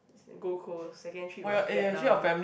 Gold-Coast second trip was Vietnam